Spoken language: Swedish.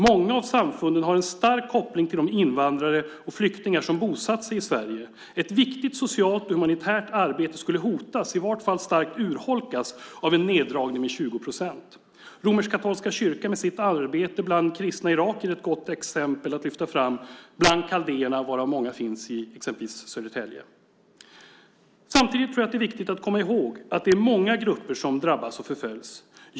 Många av samfunden har en stark koppling till de invandrare och flyktingar som bosatt sig i Sverige. Ett viktigt socialt och humanitärt arbete skulle hotas, i vart fall starkt urholkas, av en neddragning med 20 procent. Romersk-katolska kyrkan, med sitt arbete bland kristna irakier, är ett gott exempel att lyfta fram bland kaldéerna, varav många finns i exempelvis Södertälje. Samtidigt tror jag att det är viktigt att komma ihåg att det är många grupper som drabbas och förföljs.